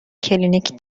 کلینیک